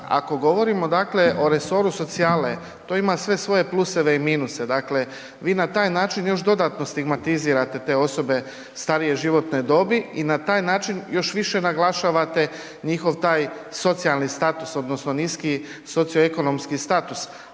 ako govorimo, dakle o resoru socijale, to ima sve svoje pluseve i minuse. Dakle, vi na taj način još dodatno stigmatizirate te osobe starije životne dobi i na taj način još više naglašavate njihov taj socijalni status odnosno niski socioekonomski status.